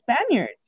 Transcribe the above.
Spaniards